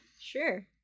Sure